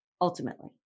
ultimately